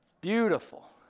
Beautiful